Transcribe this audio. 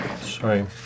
Sorry